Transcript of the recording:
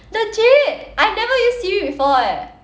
legit I've never used siri before eh